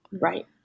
Right